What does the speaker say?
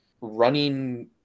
running